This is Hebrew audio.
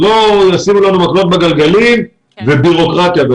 שלא ישימו לנו מקלות בגלגלים ובירוקרטיה.